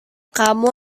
kamu